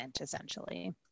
essentially